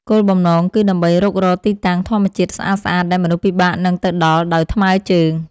គោលបំណងគឺដើម្បីរុករកទីតាំងធម្មជាតិស្អាតៗដែលមនុស្សពិបាកនឹងទៅដល់ដោយថ្មើរជើង។